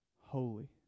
Holy